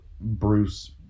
bruce